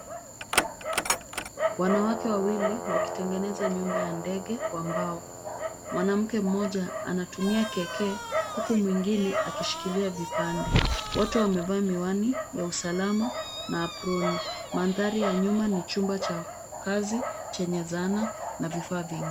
Wanawake wawili wakitengeneza nyumba ya ndege kwa mbao. Mwanamke mmoja anatumia kekee huku mwingine akishikilia vipande. Watu wamevaa miwani ya usalama na aproni. Mandhari ya nyuma ni chumba cha kazi chenye zana na vifaa vingine.